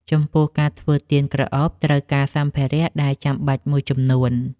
ចំពោះ ការធ្វើទៀនក្រអូបត្រូវការសម្ភារៈដែលចាំបាច់មួយចំនួន។